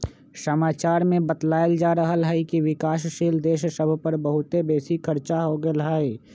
समाचार में बतायल जा रहल हइकि विकासशील देश सभ पर बहुते बेशी खरचा हो गेल हइ